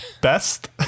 best